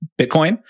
Bitcoin